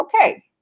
okay